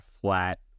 flat